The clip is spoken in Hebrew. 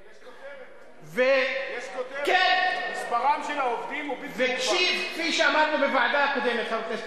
יש כותרת: מספרם של העובדים הוא בלתי מוגבל.